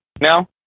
now